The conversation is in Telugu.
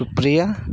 సుప్రియ